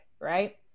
right